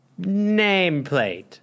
nameplate